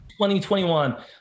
2021